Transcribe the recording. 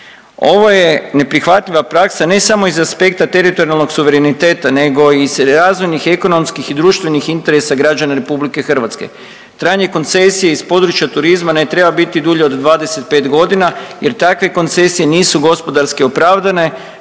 Ovo je neprihvatljiva praksa ne samo iz aspekta teritorijalnog suvereniteta, nego i razvojnih, ekonomskih i društvenih interesa građana RH. Trajanje koncesije iz područja turizma ne treba biti dulje od 25 godina jer takve koncesije nisu gospodarski opravdane